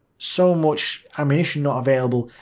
so much ammunition, not available.